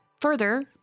further